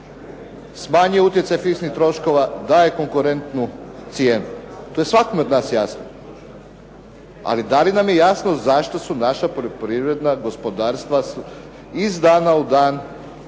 smanjuje utjecaj fiksnih troškova, daje konkurentnu cijenu. To je svakome od nas jasno. Ali, da li nam je jasno zašto su naša poljoprivredna gospodarstva iz dana u dan